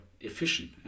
efficient